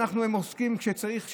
כשצריך,